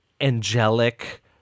angelic